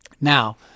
Now